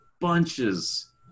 bunches